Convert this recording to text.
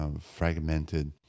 fragmented